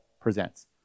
presents